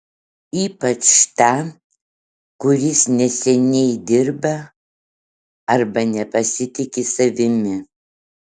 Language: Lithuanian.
ypač tą kuris neseniai dirba arba nepasitiki savimi